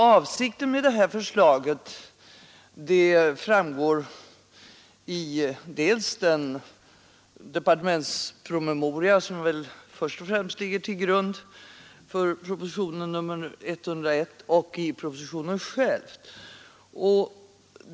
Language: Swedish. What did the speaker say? Avsikten med förslaget till denna ändring i naturvårdslagen framgår av dels den departementspromemoria som väl först och främst ligger till grund för propositionen 101, dels propositionen själv.